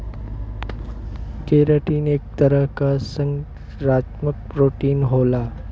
keratin एक तरह क संरचनात्मक प्रोटीन होला